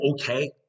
okay